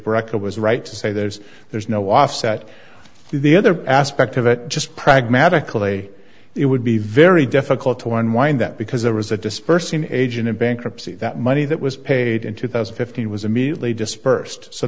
brack it was right to say there's there's no offset the other aspect of it just pragmatically it would be very difficult to unwind that because there was a dispersing agent in bankruptcy that money that was paid in two thousand and fifteen was immediately dispersed so